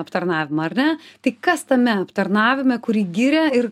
aptarnavimą ar ne tai kas tame aptarnavime kurį giria ir